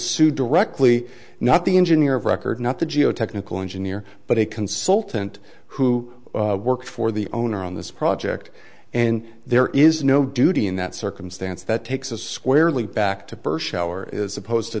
sue directly not the engineer of record not the geotechnical engineer but a consultant who worked for the owner on this project and there is no duty in that circumstance that takes a squarely back to birth shower is opposed to